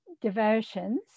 devotions